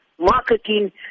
marketing